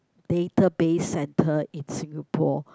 database center in Singapore